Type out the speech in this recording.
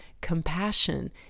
compassion